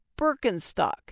Birkenstock